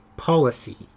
Policy